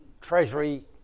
Treasury